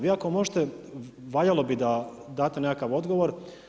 Vi ako možete valjalo bi da date nekakav odgovor.